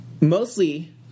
Mostly